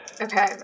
okay